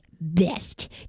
best